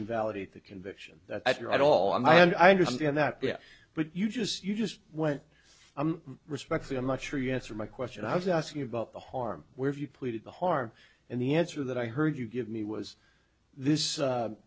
invalidate the conviction that you're at all and i and i understand that yeah but you just you just what i'm respectfully i'm not sure you answer my question i was asking about the harm where you pleaded the harm and the answer that i heard you give me was this